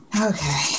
Okay